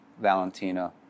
Valentina